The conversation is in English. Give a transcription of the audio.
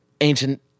ancient